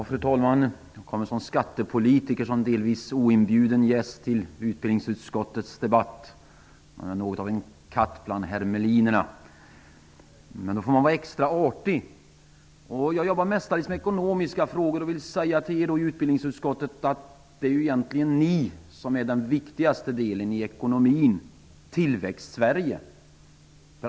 Fru talman! Jag kommer som skattepolitiker som delvis objuden gäst till utbildningsutskottets debatt. Jag är något av en katt bland hermelinerna. Då får man vara extra artig. Jag jobbar mestadels med ekonomiska frågor och vill säga till er i utbildningsutskottet att det egentligen är ni som är den viktigaste delen i ekonomin: Tillväxtsverige.